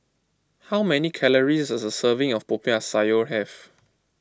how many calories does a serving of Popiah Sayur have